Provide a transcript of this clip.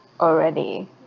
already